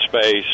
space